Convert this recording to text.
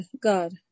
God